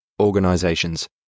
organizations